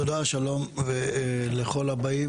תודה ושלום לכל הבאים.